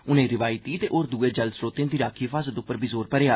उनें रिवायती ते होर दूये जल स्रोतें दी राक्खी हिफाजत उप्पर बी जोर भरेआ